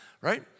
right